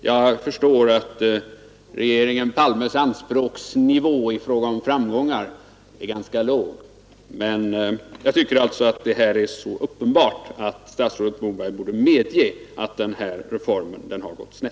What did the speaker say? Jag förstår att regeringen Palmes anspråksnivå i fråga om framgångar är ganska låg, men jag tycker alltså att detta misslyckande är så uppenbart att statsrådet Moberg borde medge att denna reform har gått på sned.